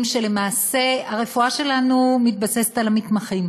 שלמעשה הרפואה שלנו מתבססת על המתמחים.